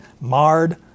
marred